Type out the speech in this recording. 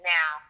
Now